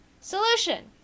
Solution